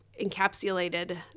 encapsulated